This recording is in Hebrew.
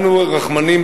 אנחנו רחמנים,